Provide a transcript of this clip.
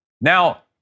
Now